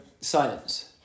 Silence